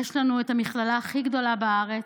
יש לנו את המכללה הכי גדולה בארץ,